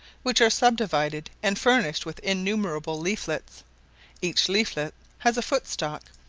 which are subdivided and furnished with innumerable leaflets each leaflet has a footstalk,